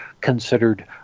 considered